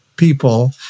People